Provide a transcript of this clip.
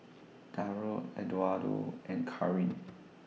Darold Eduardo and Karyn